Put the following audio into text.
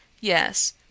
Yes